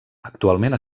actualment